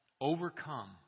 overcome